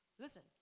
Listen